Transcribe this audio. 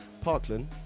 Parkland